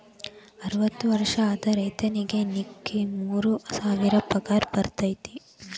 ಅರ್ವತ್ತ ವರ್ಷ ಆದ ರೈತರಿಗೆ ನಿಕ್ಕಿ ಮೂರ ಸಾವಿರ ಪಗಾರ ಬರ್ತೈತಿ